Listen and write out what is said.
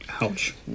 Ouch